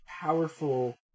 powerful